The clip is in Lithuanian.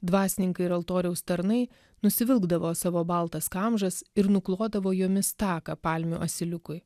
dvasininkai ir altoriaus tarnai nusivilkdavo savo baltas kamžas ir nuklodavo jomis taką palmių asiliukui